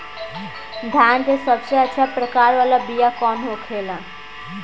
धान के सबसे अच्छा प्रकार वाला बीया कौन होखेला?